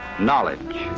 knowledge.